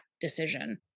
decision